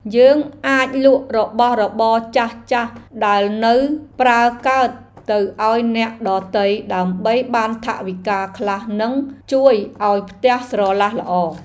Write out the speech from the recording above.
យើងអាចលក់របស់របរចាស់ៗដែលនៅប្រើកើតទៅឱ្យអ្នកដទៃដើម្បីបានថវិកាខ្លះនិងជួយឱ្យផ្ទះស្រឡះល្អ។